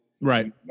Right